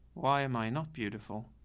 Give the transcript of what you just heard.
why am i not beautiful?